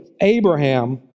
Abraham